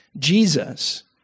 Jesus